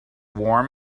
warm